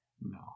No